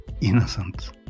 innocent